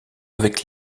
avec